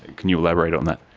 could you elaborate on that?